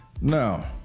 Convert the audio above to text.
Now